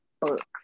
books